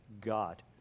God